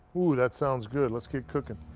oooh, that sounds good. let's get cooking.